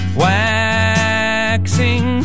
waxing